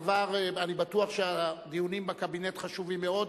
אני בטוח שהדיונים בקבינט חשובים מאוד,